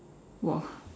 !wah!